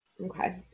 Okay